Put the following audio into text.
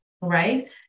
Right